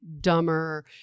dumber